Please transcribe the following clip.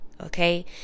Okay